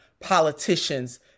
politicians